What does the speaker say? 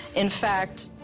in fact,